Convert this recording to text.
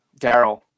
Daryl